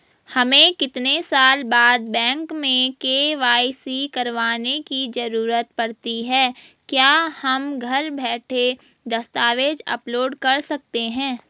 हमें कितने साल बाद बैंक में के.वाई.सी करवाने की जरूरत पड़ती है क्या हम घर बैठे दस्तावेज़ अपलोड कर सकते हैं?